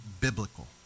biblical